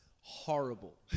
Horrible